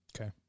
Okay